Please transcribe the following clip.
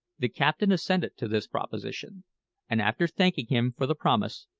the captain assented to this proposition and after thanking him for the promise,